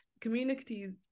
communities